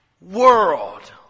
world